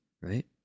right